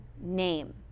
name